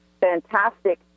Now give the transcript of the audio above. fantastic